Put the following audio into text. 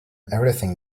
everything